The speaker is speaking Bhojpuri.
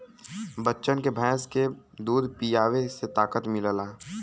बच्चन के भैंस के दूध पीआवे से ताकत मिलेला